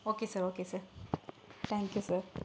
okay sir okay sir thank you sir